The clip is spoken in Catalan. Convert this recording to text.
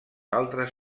altres